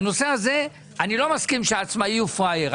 אני לא מסכים שהעצמאי הוא פראייר.